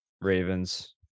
Ravens